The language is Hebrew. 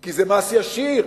כי זה מס ישיר.